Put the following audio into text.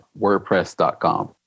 wordpress.com